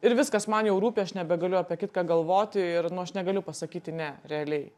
ir viskas man jau rūpi aš nebegaliu apie kitką galvoti ir nu aš negaliu pasakyti ne realiai